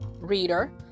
reader